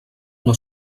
una